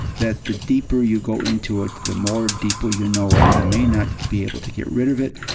that the deeper you go into it, the more deeply you know it, you may not be able to get rid of it,